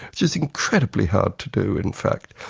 which is incredibly hard to do in fact.